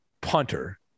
punter